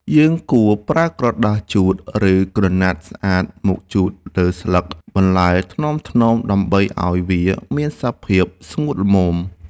យើងគួរប្រើក្រដាសជូត ឬក្រណាត់ស្អាតមកជូតលើស្លឹកបន្លែថ្នមៗ ដើម្បីឱ្យវាមានសភាពស្ងួតល្មម។